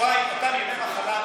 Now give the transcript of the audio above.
אותם ימי מחלה,